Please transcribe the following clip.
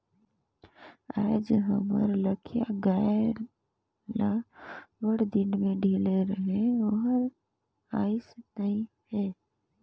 आयज हमर लखिया गाय ल बड़दिन में ढिले रहें ओहर आइस नई हे